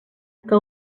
que